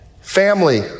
Family